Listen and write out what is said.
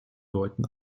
deuten